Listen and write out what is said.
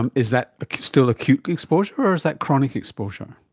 and is that ah still acute exposure or is that chronic exposure?